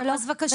אז בבקשה.